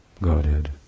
Godhead